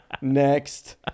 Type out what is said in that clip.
Next